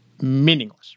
meaningless